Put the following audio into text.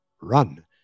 run